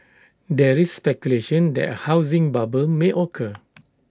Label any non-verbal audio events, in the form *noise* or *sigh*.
there is speculation that A housing bubble may occur *noise*